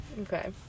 Okay